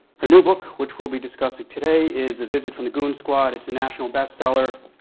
her new book, which we'll be discussing today, is a visit from the goon squad. it's a national bestseller